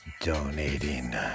donating